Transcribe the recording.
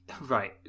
right